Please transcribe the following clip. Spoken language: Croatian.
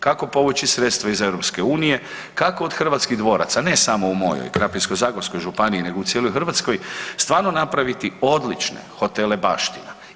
Kako povući sredstva iz EU-a, kako od hrvatskih dvoraca, ne samo u mojoj Krapinsko-zagorskoj županiji nego u cijeloj Hrvatskoj, stvarno napraviti odlične hotele baština.